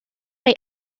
mai